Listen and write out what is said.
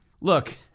Look